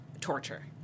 torture